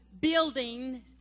building